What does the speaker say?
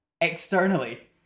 Externally